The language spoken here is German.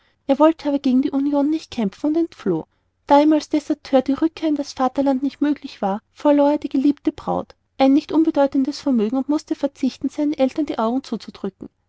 er wollte aber gegen die union nicht kämpfen und entfloh da ihm als deserteur die rückkehr in das vaterland nicht möglich war verlor er eine geliebte braut ein nicht unbedeutendes vermögen und mußte verzichten seinen eltern die augen zuzudrücken